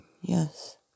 yes